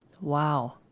Wow